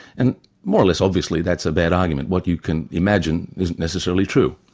and more or less obviously, that's a bad argument. what you can imagine isn't necessarily true.